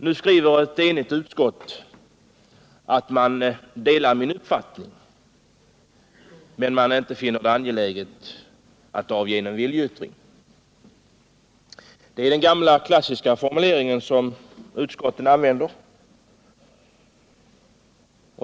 Nu skriver ett enigt utskott att man delar min uppfattning men att man inte finner det angeläget att avge någon viljeyttring. Det är den gamla klassiska formuleringen som utskotten använder.